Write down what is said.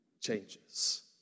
changes